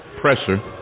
Pressure